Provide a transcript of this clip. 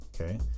okay